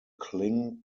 cling